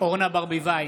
אורנה ברביבאי,